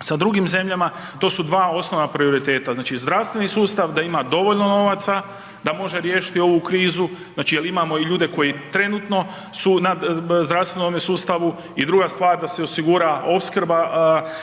sa drugim zemljama, to su dva osnovna prioriteta. Znači, zdravstveni sustav da ima dovoljno novaca da može riješiti ovu krizu, znači jel imamo i ljude koji trenutno su na zdravstvenome sustavu i druga stvar da se osigura opskrba